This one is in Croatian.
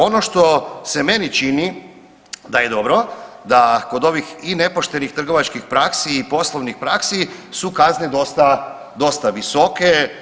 Ono što se meni čini da je dobro da kod ovih i nepoštenih trgovačkih praksi i poslovnih praksi su kazne dosta visoke.